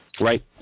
right